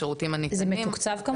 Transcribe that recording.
השירותים ה --- זה מתוקצב?